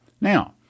Now